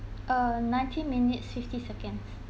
uh nineteen minutes fifty seconds